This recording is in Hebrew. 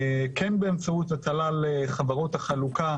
כן באמצעות הטלה על חברות החלוקה,